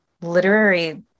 literary